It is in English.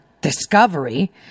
discovery